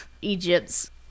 Egypt's